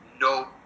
no